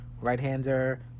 right-hander